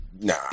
nah